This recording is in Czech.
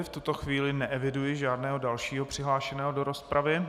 V tuto chvíli neeviduji žádného dalšího přihlášeného do rozpravy.